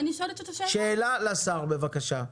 שאלה לשר, בבקשה.